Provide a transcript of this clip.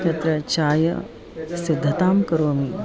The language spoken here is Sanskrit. तत्र चायसिद्धतां करोमि